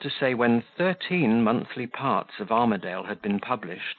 that is to say, when thirteen monthly parts of armadale had been published,